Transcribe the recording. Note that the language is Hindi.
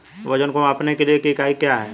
वजन को मापने के लिए इकाई क्या है?